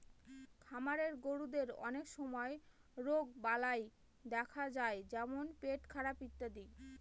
খামারের গরুদের অনেক সময় রোগবালাই দেখা যায় যেমন পেটখারাপ ইত্যাদি